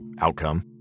outcome